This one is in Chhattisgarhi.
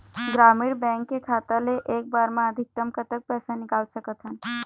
ग्रामीण बैंक के खाता ले एक बार मा अधिकतम कतक पैसा निकाल सकथन?